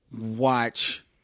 watch